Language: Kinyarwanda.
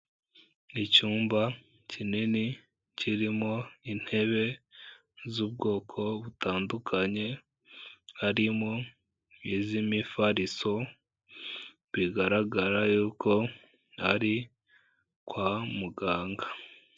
Icyumba kinini kirimo intebe z'ubwoko butandukanye, harimo n'iz'imifariso bigaragara y'uko ari kwa muganga.